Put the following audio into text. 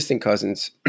cousins